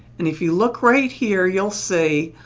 and if you look right here, you'll see,